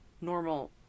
normal